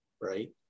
right